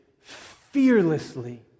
fearlessly